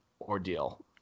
ordeal